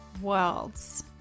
worlds